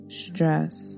stress